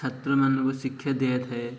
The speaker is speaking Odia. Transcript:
ଛାତ୍ରମାନଙ୍କୁ ଶିକ୍ଷା ଦିଆଯାଇଥାଏ